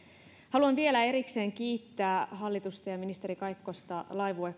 haluan vielä erikseen kiittää hallitusta ja ministeri kaikkosta laivue